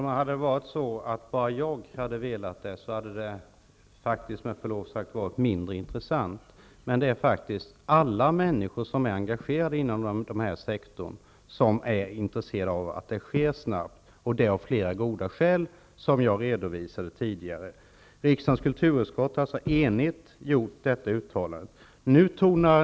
Herr talman! Om det hade varit bara jag som hade velat detta, hade det med förlov sagt varit mindre intressant. Men alla människor som är engagerade inom denna sektor är intresserade av att detta sker snabbt, och det av flera goda skäl som jag tidigare redovisade. Riksdagens kulturutskott har alltså enigt gjort detta uttalande.